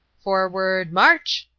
forward march!